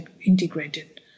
integrated